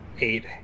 Eight